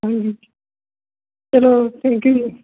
ਹਾਂਜੀ ਚਲੋ thank you ਜੀ